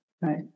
right